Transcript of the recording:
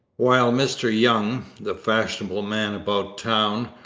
while mr young, the fashionable man about town,